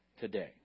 today